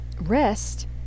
rest